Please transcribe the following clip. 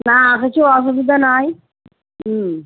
না কিছু অসুবিধা নাই হুম